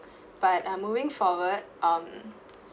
but uh moving forward um